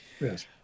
Yes